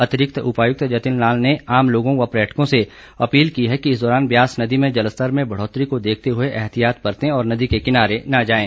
अतिरिक्त उपायुक्त जतिन लाल ने आम लोगों व पर्यटकों से अपील की कि इस दौरान ब्यास नदी में जलस्तर में बढ़ोतरी को देखते हुए एहतियात बरते और नदी के किनारे न जाएं